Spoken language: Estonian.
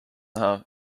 näha